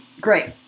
Great